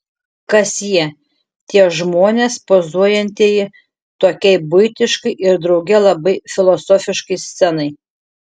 kas jie tie žmonės pozuojantieji tokiai buitiškai ir drauge labai filosofiškai scenai